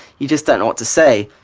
you just don't know what to say.